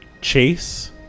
Chase